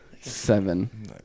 Seven